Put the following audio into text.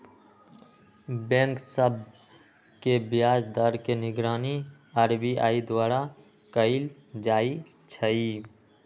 bank सभ के ब्याज दर के निगरानी आर.बी.आई द्वारा कएल जाइ छइ